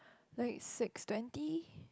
like six twenty